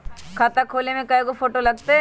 खाता खोले में कइगो फ़ोटो लगतै?